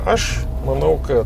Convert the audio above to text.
aš manau kad